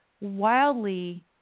wildly